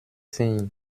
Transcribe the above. signes